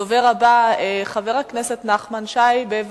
הדובר הבא, חבר הכנסת נחמן שי, בבקשה.